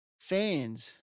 fans